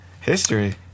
history